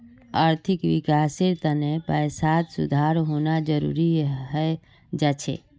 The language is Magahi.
आर्थिक विकासेर तने पैसात सुधार होना जरुरी हय जा छे